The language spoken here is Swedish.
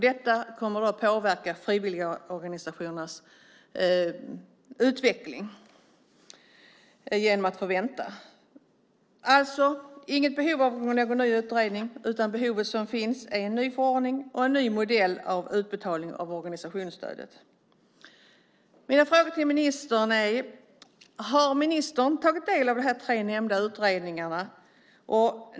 Detta kommer att påverka frivilligorganisationernas utveckling genom att de får vänta. Det finns alltså inget behov av en ny utredning, utan det behov som finns är av en ny förordning och en ny modell för utbetalning av organisationsstödet. Har ministern tagit del av de tre nämnda utredningarna?